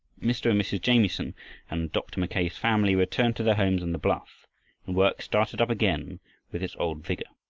mr mrs. jamieson and dr. mackay's family returned to their homes on the bluff, and work started up again with its old vigor.